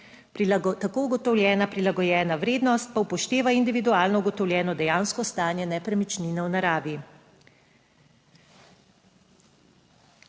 Tako ugotovljena prilagojena vrednost pa upošteva individualno ugotovljeno dejansko stanje nepremičnine v naravi.